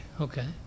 Okay